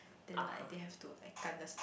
then like they have to like 敢